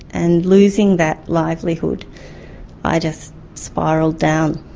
and losing that livelihood i just spiralled down,